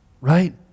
right